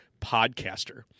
podcaster